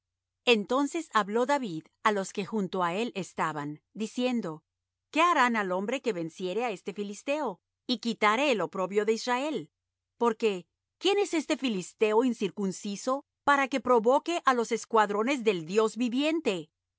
entonces habló david á los que junto á él estaban diciendo qué harán al hombre que venciere á este filisteo y quitare el oprobio de israel porque quién es este filisteo incircunciso para que provoque á los escuadrones del dios viviente